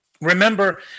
Remember